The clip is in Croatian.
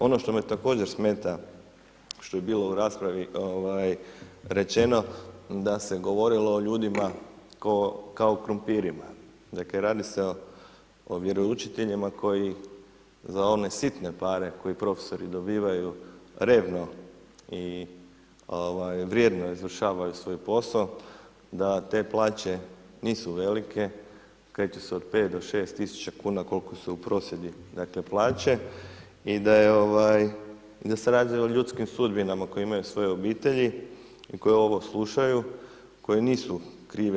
Ono što me također smeta što je bilo u raspravi rečeno, da se je govorilo o ljudima, kao krumpirima, dakle, radi se o vjeroučiteljima, koji za one sitne pare, koji profesori dobivaju revno i vrijedno izvršavaju svoj posao, da te plaće, nisu velike kreću se od 5-6 tisuća kuna koliko su u prosvjedi plaće i da se radi o ljudskim sudbinama koje imaju svoje obitelji i koje ovo slušaju koje nisu krive.